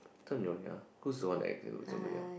Little-Nyonya who's the one act in Little-Nyonya